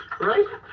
right